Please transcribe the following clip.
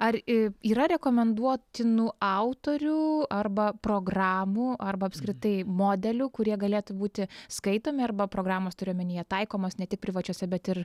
ar yra rekomenduotinų autorių arba programų arba apskritai modelių kurie galėtų būti skaitomi arba programos turiu omenyje taikomos ne tik privačiose bet ir